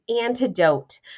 antidote